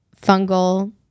fungal